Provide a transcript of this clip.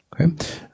Okay